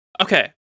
Okay